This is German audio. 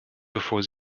bevor